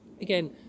Again